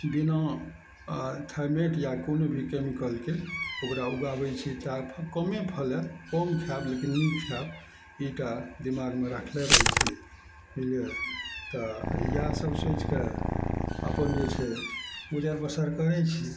बिना थाइमेट या कोनो भी केमिकलके ओकरा उगाबय छी सएह फेर कमे फले कम खायब लेकिन नीक खायब ई टा दिमागमे राखले रहय छी बुझलियै तऽ इएह सब सोचि कऽ अपन जे छै गुजर बसर करय छी